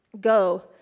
Go